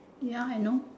ya I know